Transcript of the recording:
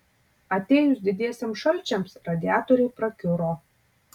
atėjus didiesiems šalčiams radiatoriai prakiuro